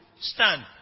stand